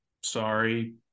sorry